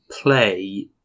play